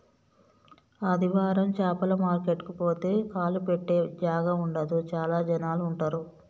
ఆదివారం చాపల మార్కెట్ కు పోతే కాలు పెట్టె జాగా ఉండదు చాల జనాలు ఉంటరు